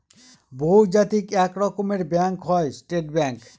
বহুজাতিক এক রকমের ব্যাঙ্ক হয় স্টেট ব্যাঙ্ক